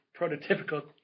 prototypical